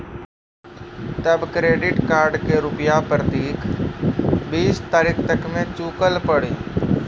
तब credit card के रूपिया प्रतीक बीस तारीख तक मे चुकल पड़ी?